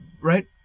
right